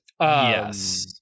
Yes